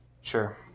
Sure